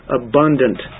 abundant